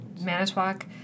Manitowoc